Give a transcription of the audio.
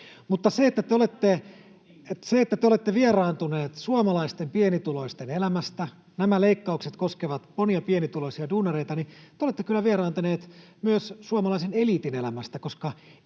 Mutta paitsi että te olette vieraantuneet suomalaisten pienituloisten elämästä — nämä leikkaukset koskevat monia pienituloisia duunareita — te olette kyllä vieraantuneet myös suomalaisen eliitin elämästä,